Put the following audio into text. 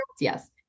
Yes